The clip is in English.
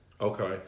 Okay